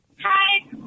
Hi